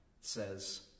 says